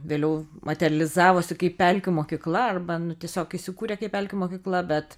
vėliau materializavosi kaip pelkių mokykla arba tiesiog įsikūrė kaip pelkių mokykla bet